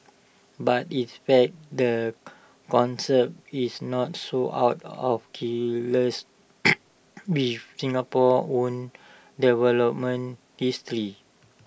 but in fact the concept is not so out of kilter with Singapore's own development history